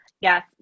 Yes